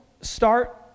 start